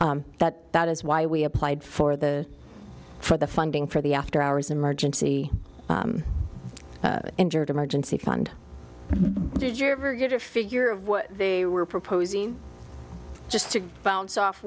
that that is why we applied for the for the funding for the after hours emergency injured emergency fund did you ever get a figure of what they were proposing just to bounce off